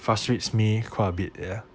frustrates me quite a bit ya